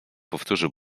powtórzył